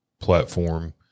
platform